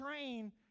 train